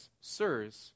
sirs